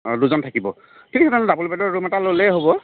অ দুজন থাকিব কিন্তু ডাবুল বেডৰ ৰুম এটা ল'লেই হ'ব